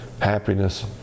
happiness